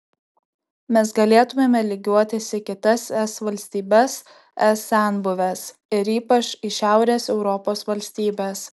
mes galėtumėme lygiuotis į kitas es valstybes es senbuves ir ypač į šiaurės europos valstybes